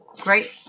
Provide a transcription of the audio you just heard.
Great